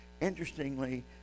interestingly